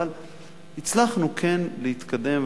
אבל הצלחנו כן להתקדם,